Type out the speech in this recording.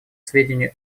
сведению